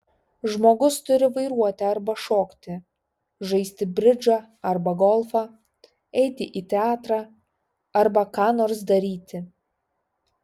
žmogus turi vairuoti arba šokti žaisti bridžą arba golfą eiti į teatrą arba ką nors daryti